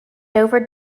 dover